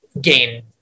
gain